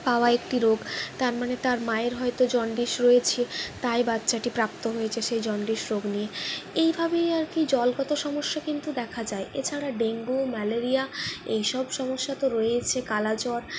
পাওয়া একটি রোগ তারমানে তার মায়ের হয়তো জন্ডিস রয়েছে তাই বাচ্চাটি প্রাপ্ত হয়েছে সেই জন্ডিস রোগ নিয়ে এইভাবেই আরকি জলগত সমস্যা কিন্তু দেখা যায় এছাড়া ডেঙ্গু ও ম্যালেরিয়া এইসব সমস্যা তো রয়েইছে কালাজ্বর